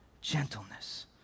Gentleness